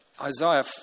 Isaiah